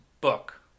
book